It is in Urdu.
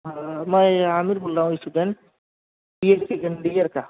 ہاں میں عامر بول رہا ہوں student P H D second year کا